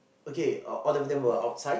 okay all of them were outside